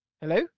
hello